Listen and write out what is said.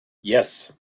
yes